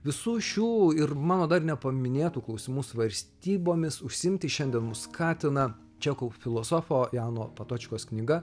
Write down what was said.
visų šių ir mano dar nepaminėtų klausimų svarstybomis užsiimti šiandien mus skatina čekų filosofo jano patočkos knyga